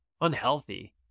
unhealthy